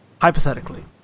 hypothetically